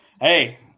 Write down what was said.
Hey